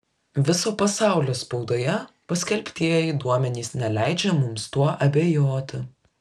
viso pasaulio spaudoje paskelbtieji duomenys neleidžia mums tuo abejoti